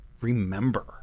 remember